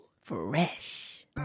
Fresh